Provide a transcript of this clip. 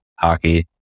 hockey